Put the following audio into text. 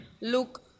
Look